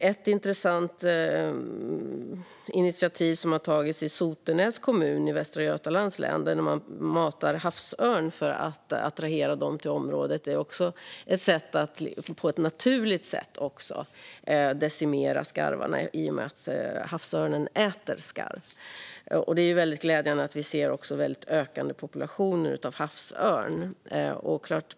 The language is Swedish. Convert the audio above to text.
Ett intressant initiativ har tagits i Sotenäs kommun i Västra Götaland, där man matar havsörnar för att attrahera dem till området. Det är ett naturligt sätt att decimera skarvarna i och med att havsörnen äter skarv. Det är väldigt glädjande att vi ser ökande populationer av havsörn.